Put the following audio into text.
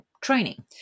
training